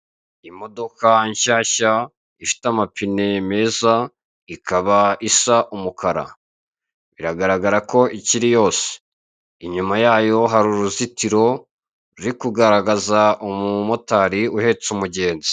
Imodoka nshyashya ifite amapine meza ikaba isa umukara, biragaragara ko ikiri yose inyuma yayo hari uruzitiro ruri kugaragaza umumotari uhetse umugenzi.